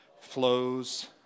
flows